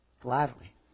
Gladly